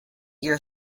year